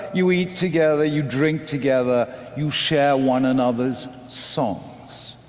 you eat together, you drink together, you share one another's songs.